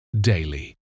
daily